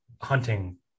hunting